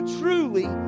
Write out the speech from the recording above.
truly